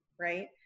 right